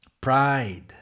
Pride